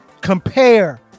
Compare